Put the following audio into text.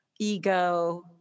ego